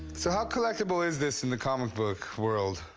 so how collectible is this in the comic book world?